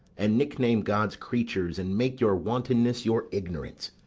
and nickname god's creatures, and make your wantonness your ignorance.